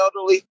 elderly